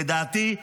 לדעתי,